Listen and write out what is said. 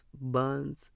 buns